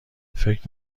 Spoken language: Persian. فکر